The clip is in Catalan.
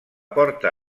porta